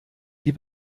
die